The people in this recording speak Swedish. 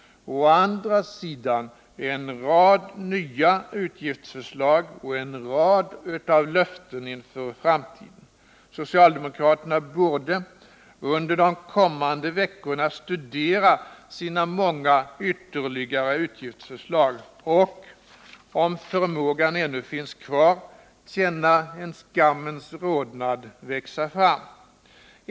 Å andra sidan en rad av nya utgiftsförslag och en rad av löften inför framtiden. Socialdemokraterna borde under de kommande veckorna studera sina många ytterligare utgiftsförslag och — om förmågan ännu finns kvar — känna en skammens rodnad växa fram.